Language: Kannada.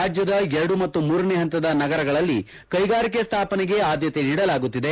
ರಾಜ್ಯದ ಎರಡು ಮತ್ತು ಮೂರನೇ ಹಂತದ ನಗರಗಳಲ್ಲಿ ಕೈಗಾರಿಕೆ ಸ್ದಾಪನೆಗೆ ಆದ್ಯತೆ ನೀಡಲಾಗುತ್ತಿದೆ